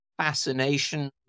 fascination